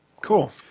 Cool